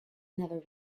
never